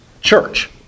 church